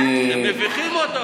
כל הח"כים, הם מביכים אותו.